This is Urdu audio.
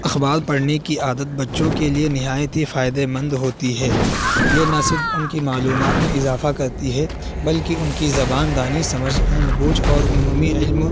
اخبار پڑھنے کی عادت بچوں کے لیے نہایت ہی فائدے مند ہوتی ہے یہ نہ صرف ان کی معلومات میں اضافہ کرتی ہے بلکہ ان کی زبان دانی سمجھ بوجھ اور عمومی علم